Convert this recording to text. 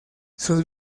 sus